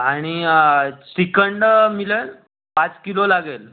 आणि श्रीखंड मिळेल पाच किलो लागेल